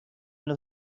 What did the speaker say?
los